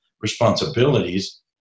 responsibilities